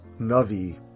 Navi